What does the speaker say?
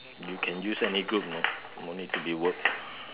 you can use any group you want no need to be work